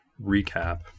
recap